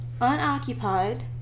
unoccupied